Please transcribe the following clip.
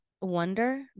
wonder